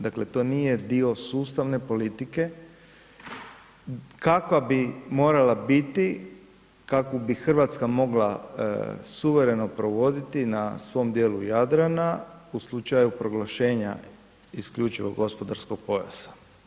Dakle, to nije dio sustavne politike kakva bi morala biti, kakvu bi Hrvatska mogla suvereno provoditi na svom dijelu Jadrana u slučaju proglašenja isključivog gospodarskog pojasa.